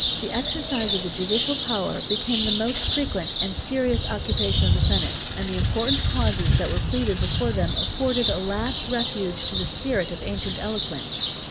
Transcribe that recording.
the exercise of the judicial power became the most frequent and serious occupation of the senate and the important causes that were pleaded before them afforded a last refuge to the spirit of ancient eloquence.